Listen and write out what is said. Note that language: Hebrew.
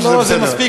או שזה בסדר?